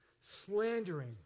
slandering